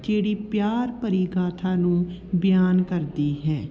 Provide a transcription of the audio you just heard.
ਜਿਹੜੀ ਪਿਆਰ ਭਰੀ ਗਾਥਾ ਨੂੰ ਬਿਆਨ ਕਰਦੀ ਹੈ